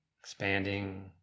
expanding